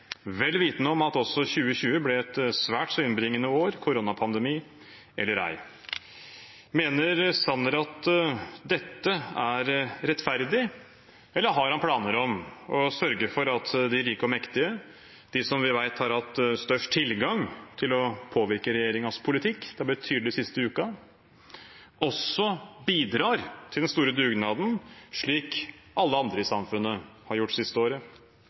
vel vitende om at også 2020 ble et svært så innbringende år, koronapandemi eller ei. Mener Sanner at dette er rettferdig, eller har han planer om å sørge for at de rike og mektige, de som vi vet har hatt størst tilgang til å påvirke regjeringens politikk – det har blitt tydelig den siste uken – også bidrar til den store dugnaden, slik alle andre i samfunnet har gjort det siste året?